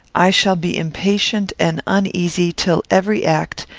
i shall be impatient and uneasy till every act,